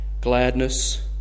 gladness